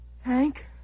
Hank